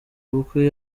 ubukwe